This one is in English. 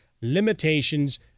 limitations